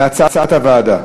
כהצעת הוועדה.